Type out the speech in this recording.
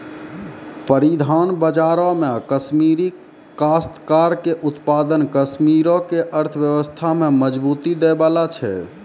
परिधान बजारो मे कश्मीरी काश्तकार के उत्पाद कश्मीरो के अर्थव्यवस्था में मजबूती दै बाला छै